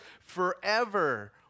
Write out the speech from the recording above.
forever